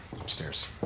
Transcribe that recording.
Upstairs